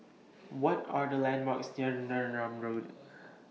What Are The landmarks near Neram Road